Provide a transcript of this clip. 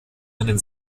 einen